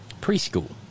preschool